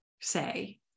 say